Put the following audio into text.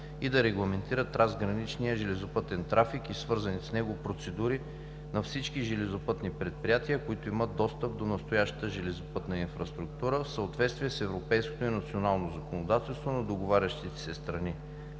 и да регламентира трансграничния железопътен трафик и свързаните с него процедури за всички железопътни предприятия, които имат достъп до настоящата железопътна инфраструктура, в съответствие с европейското и националното законодателство на договарящите се страни.